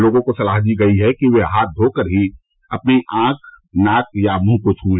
लोगों की सलाह दी गई है कि वे हाथ धोकर ही अपनी आंख नाक या मुंह को छूए